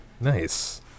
nice